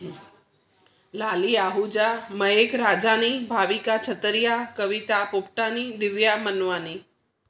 Lali Ahuja Mahak Rajani Bhavika Chhatriya Kavita Puptani Divya Manwani